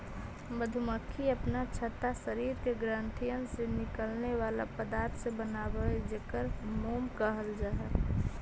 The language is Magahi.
मधुमक्खी अपन छत्ता शरीर के ग्रंथियन से निकले बला पदार्थ से बनाब हई जेकरा मोम कहल जा हई